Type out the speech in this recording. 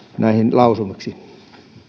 lausumiksi